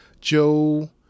Joe –